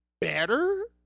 better